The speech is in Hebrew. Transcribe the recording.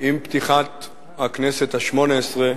עם פתיחת הכנסת השמונה-עשרה,